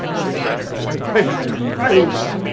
her face? hey face.